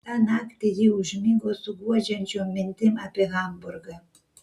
tą naktį ji užmigo su guodžiančiom mintim apie hamburgą